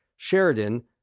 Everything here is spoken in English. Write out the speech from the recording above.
Sheridan